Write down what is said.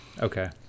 Okay